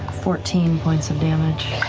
fourteen points of damage.